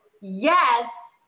yes